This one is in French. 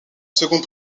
second